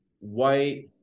white